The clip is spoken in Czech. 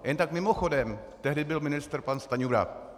Jen tak mimochodem, tehdy byl ministrem pan Stanjura.